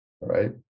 right